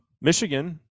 Michigan